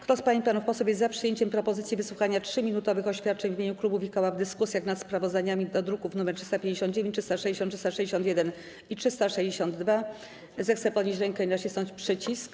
Kto z pań i panów posłów jest za przyjęciem propozycji wysłuchania 3-minutowych oświadczeń w imieniu klubów i koła w dyskusjach nad sprawozdaniami z druków nr 359, 360, 361 i 362, zechce podnieść rękę i nacisnąć przycisk.